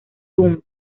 dum